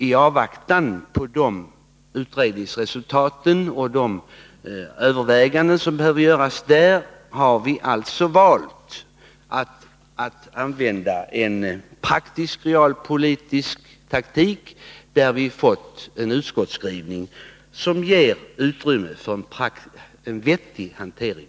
I avvaktan på de utredningar och de överväganden som behöver göras har vi alltså valt att använda en praktisk och realpolitisk taktik. Det har medfört en utskottsskrivning som ger utrymme för en i praktiken vettig hantering.